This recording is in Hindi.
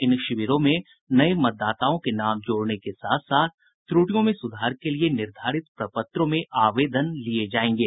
इन शिविरों में नये मतदाताओं के नाम जोड़ने के साथ साथ त्रुटियों में सुधार के लिए निर्धारित प्रपत्रों में आवेदन लिये जायेंगे